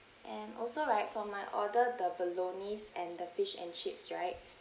and also right for my order the bolognese and the fish and chips right the